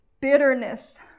Bitterness